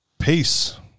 Peace